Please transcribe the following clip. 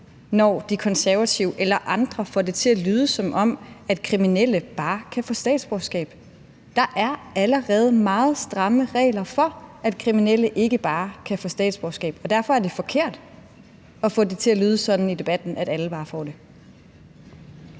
når De Konservative eller andre får det til at lyde, som om kriminelle bare kan få statsborgerskab. Der er allerede meget stramme regler for, at kriminelle ikke bare kan få statsborgerskab, og derfor er det forkert at få det til at lyde sådan i debatten, at alle bare får det.